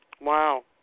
Wow